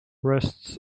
rests